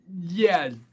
Yes